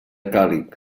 càlig